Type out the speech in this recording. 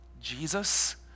Jesus